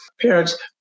parents